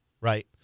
right